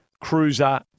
Cruiser